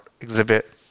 exhibit